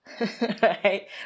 Right